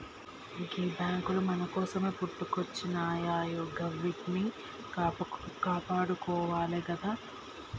గీ బాంకులు మన కోసమే పుట్టుకొచ్జినయాయె గివ్విట్నీ కాపాడుకోవాలె గదా